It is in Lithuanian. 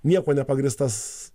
niekuo nepagrįstas